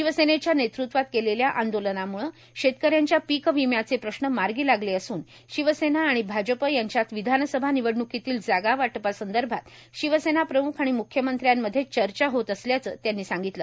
शिवसेनेच्या नेतृत्वात केलेल्या आंदोलनामुळं शेतकऱ्यांच्या पीक विम्याचे प्रश्न मार्गी लागले असुन शिवसेना आणि भाजप यांच्यात विधानसभा निवडण्कीतील जागा वाटपासंदर्भात शिवसेनाप्रम्ख आणि म्ख्यमंत्र्यामध्ये चर्चा होत असल्याचं त्यांनी सांगितलं